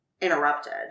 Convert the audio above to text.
interrupted